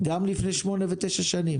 גם לפני 9-8 שנים?